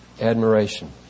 admiration